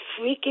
freaking